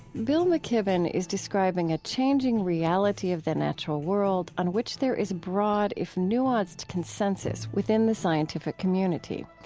bill mckibben is describing a changing reality of the natural world on which there is broad, if nuanced, consensus within the scientific community.